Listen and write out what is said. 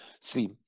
see